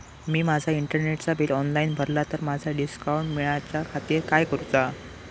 मी माजा इंटरनेटचा bill online भरला तर माका डिस्काउंट मिलाच्या खातीर काय करुचा?